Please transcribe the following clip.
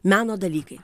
meno dalykai